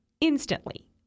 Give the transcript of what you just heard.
instantly